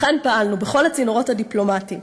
לכן פעלנו בכל הצינורות הדיפלומטיים,